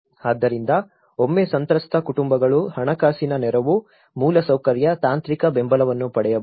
ಆದ್ದರಿಂದ ಒಮ್ಮೆ ಸಂತ್ರಸ್ತ ಕುಟುಂಬಗಳು ಹಣಕಾಸಿನ ನೆರವು ಮೂಲಸೌಕರ್ಯ ತಾಂತ್ರಿಕ ಬೆಂಬಲವನ್ನು ಪಡೆಯಬಹುದು